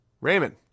Raymond